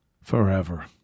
forever